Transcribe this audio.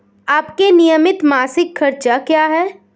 आपके नियमित मासिक खर्च क्या हैं?